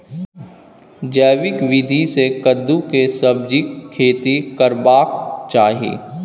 जैविक विधी से कद्दु के सब्जीक खेती करबाक चाही?